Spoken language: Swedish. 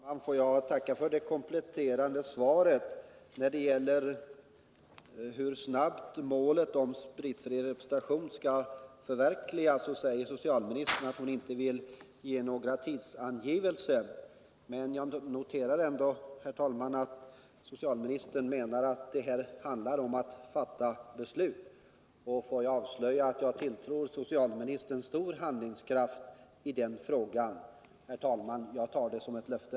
Herr talman! Får jag tacka för det kompletterande svaret. När det gäller hur snabbt målet om alkoholfri representation skall förverkligas svarar 83 socialministern att hon inte vill ge några tidsangivelser. Jag noterar ändå, herr talman, att socialministern menar att det här handlar om att fatta beslut. Får jag avsluta med att jag tilltror socialministern stor handlingskraft i den frågan. Herr talman! Jag tar det som ett löfte.